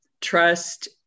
trust